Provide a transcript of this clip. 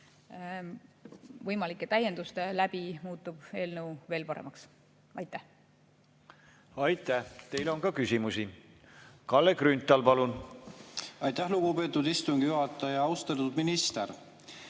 võimalike täienduste läbi muutub eelnõu veel paremaks. Aitäh! Aitäh! Teile on ka küsimusi. Kalle Grünthal, palun! Aitäh, lugupeetud istungi juhataja! Austatud minister!